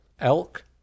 Elk